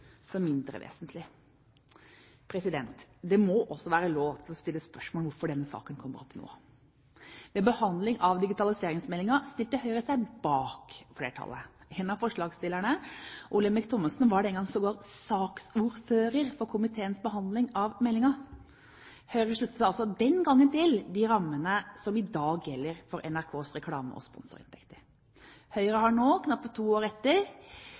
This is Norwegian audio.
som mindre vesentlig. Det må også være lov å stille spørsmål om hvorfor denne saken kommer opp nå. Ved behandlingen av digitaliseringsmeldingen stilte Høyre seg bak flertallet. En av forslagsstillerne, Olemic Thommessen, var den gang sågar saksordfører for komiteens behandling av meldingen. Høyre sluttet seg altså den gang til de rammene som i dag gjelder for NRKs reklame- og sponsorinntekter. Høyre har nå, knappe tre år etter